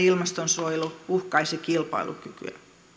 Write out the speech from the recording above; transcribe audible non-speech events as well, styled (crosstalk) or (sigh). (unintelligible) ilmastonsuojelu uhkaisi kilpailukykyä